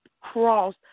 cross